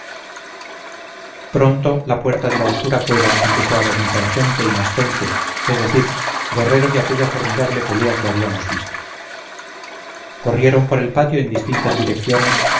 pronto la puerta de la oscura cueva empezó a vomitar gente y más gente es decir guerreros de aquella formidable pelea que habíamos visto corrieron por el patio en distintas direcciones